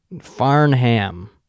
Farnham